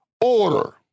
order